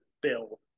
bill